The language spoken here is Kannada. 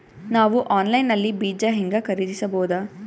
ನಾವು ಆನ್ಲೈನ್ ನಲ್ಲಿ ಬೀಜ ಹೆಂಗ ಖರೀದಿಸಬೋದ?